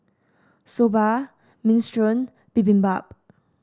Soba Minestrone Bibimbap